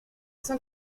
cent